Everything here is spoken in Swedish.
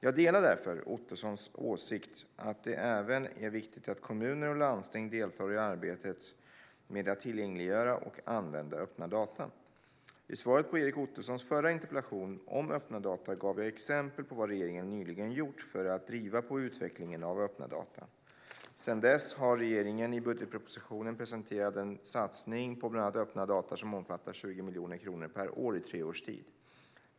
Jag delar därför Ottosons åsikt att det även är viktigt att kommuner och landsting deltar i arbetet med att tillgängliggöra och använda öppna data. I svaret på Erik Ottosons förra interpellation om öppna data gav jag exempel på vad regeringen nyligen gjort för att driva på utvecklingen av öppna data. Sedan dess har regeringen i budgetpropositionen presenterat en satsning på bland annat öppna data som omfattar 20 miljoner kronor per år i tre års tid.